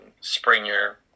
Springer